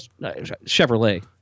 Chevrolet